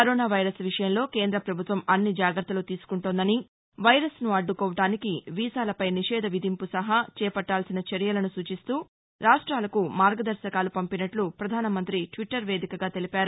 corona virus విషయంలో కేంద్ర ప్రభుత్వం అన్ని జాగ్రత్తలూ తీసుకుంటోందని వైరస్ను అడ్లుకోవడానికి వీసాలపై నిషేధం విధింపు సహా చేపట్లాల్పిన చర్యలను సూచిస్తూ రాష్ట్రాలకు మార్గదర్భకాలు పంపినట్టు పధాన మంతి ట్విట్టర్ వేదికగా తెలిపారు